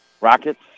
Rockets